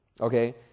Okay